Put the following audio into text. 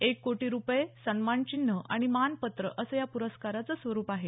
एक कोटी रुपये सन्मानचिन्ह आणि मानपत्र असं या प्रस्कारचं स्वरुप आहे